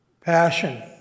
passion